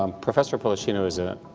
um professor pollicino is ah